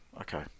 Okay